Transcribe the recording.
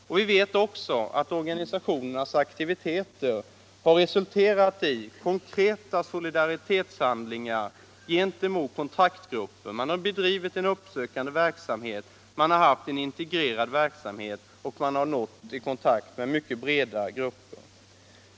Och vi vet också att organisationernas aktiviteter har resulterat i konkreta solidaritetshandlingar gentemot kontaktgrupper. Man har bedrivit en uppsökande verksamhet, man har haft en integrerad verksamhet och nått kontakt med breda grupper.